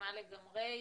מסכימה לגמרי.